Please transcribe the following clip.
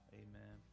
amen